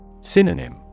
Synonym